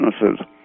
businesses